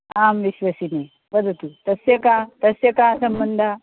आं विश्वसिमि वदतु तस्य कः तस्य कः सम्बन्धः